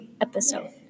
episode